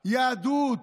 יהדות.